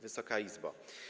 Wysoka Izbo!